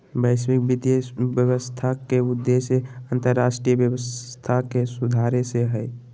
वैश्विक वित्तीय व्यवस्था के उद्देश्य अन्तर्राष्ट्रीय व्यवस्था के सुधारे से हय